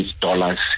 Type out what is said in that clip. dollars